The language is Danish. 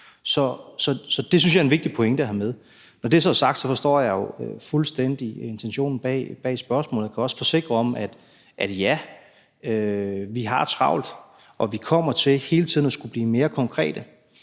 Så det synes jeg er en vigtig pointe at have med. Når det så er sagt, forstår jeg jo fuldstændig intentionen bag spørgsmålet. Jeg kan også forsikre om, at ja, vi har travlt, og vi kommer hele tiden til at skulle blive mere konkrete.